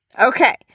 Okay